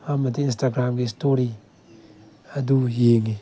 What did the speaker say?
ꯑꯃꯗꯤ ꯏꯟꯁꯇꯥꯒ꯭ꯔꯥꯝꯒꯤ ꯏꯁꯇꯣꯔꯤ ꯑꯗꯨ ꯌꯦꯡꯏ